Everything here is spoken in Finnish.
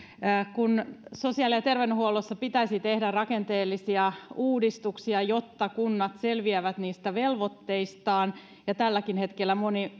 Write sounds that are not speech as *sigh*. kun sosiaali ja terveydenhuollossa pitäisi tehdä rakenteellisia uudistuksia jotta kunnat selviävät niistä velvoitteistaan tälläkin hetkellä moni *unintelligible*